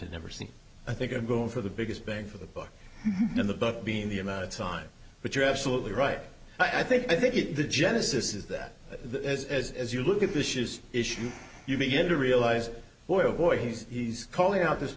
never see i think are going for the biggest bang for the book in the book being the amount of time but you're absolutely right i think i think it the genesis is that as as as you look at the shoes issue you begin to realize boy oh boy he's calling out this